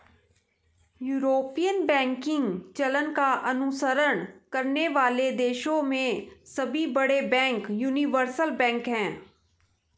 European banking चलन का अनुसरण करने वाले देशों में सभी बड़े बैंक यूनिवर्सल बैंक हैं